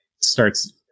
starts